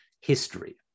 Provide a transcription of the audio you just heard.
history